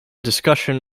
discussion